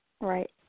Right